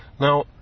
Now